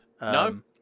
No